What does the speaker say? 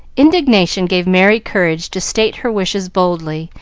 indignation gave merry courage to state her wishes boldly,